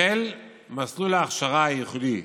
בשל מסלול ההכשרה הייחודי,